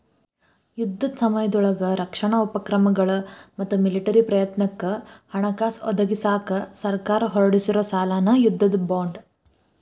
ಯುದ್ಧದ ಸಮಯದೊಳಗ ರಕ್ಷಣಾ ಉಪಕ್ರಮಗಳ ಮತ್ತ ಮಿಲಿಟರಿ ಪ್ರಯತ್ನಕ್ಕ ಹಣಕಾಸ ಒದಗಿಸಕ ಸರ್ಕಾರ ಹೊರಡಿಸೊ ಸಾಲನ ಯುದ್ಧದ ಬಾಂಡ್